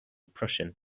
prussian